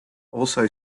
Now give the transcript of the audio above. also